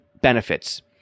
benefits